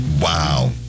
Wow